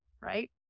right